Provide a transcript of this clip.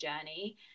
journey